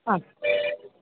ह